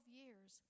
years